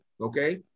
okay